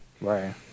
right